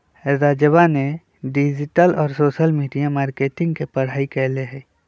राजवा ने डिजिटल और सोशल मीडिया मार्केटिंग के पढ़ाई कईले है